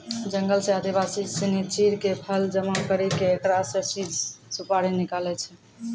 जंगल सॅ आदिवासी सिनि चीड़ के फल जमा करी क एकरा स चीड़ सुपारी निकालै छै